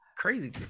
crazy